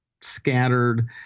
scattered